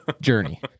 journey